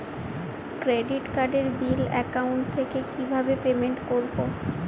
Credit কার্ডের bill account থেকে কিভাবে পেমেন্ট করবো?